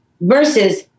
versus